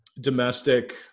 domestic –